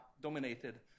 dominated